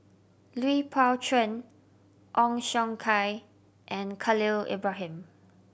Lui Pao Chuen Ong Siong Kai and Khalil Ibrahim